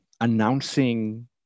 announcing